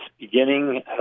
beginning